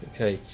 Okay